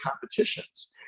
competitions